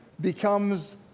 becomes